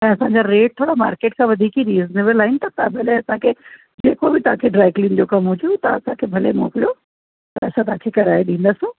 ऐं असांजा रेट थोरा मार्केट सां वधीक ई रीज़नेबिल आहिनि तव्हां पहिले असांखे जेको बि तव्हां खे ड्रायक्लीन जो कमु हुजे तव्हां असांखे भले मोकिलियो त असां तव्हां खे कराए ॾींदासीं